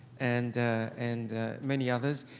and and many others.